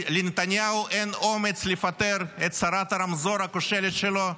לנתניהו אין אומץ לפטר את שרת הרמזור הכושלת שלו,